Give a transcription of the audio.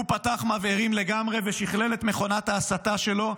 הוא פתח מבערים לגמרי ושכלל את מכונת ההסתה שלו,